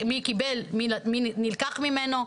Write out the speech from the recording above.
מי נלקח ממנו.